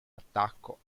attacco